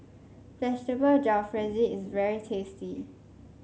Vegetable Jalfrezi is very tasty